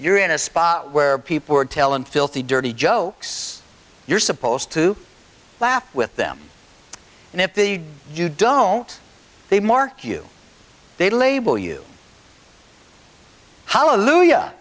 you're in a spot where people are telling filthy dirty jokes you're supposed to laugh with them and if you don't they mark you they label you how lujah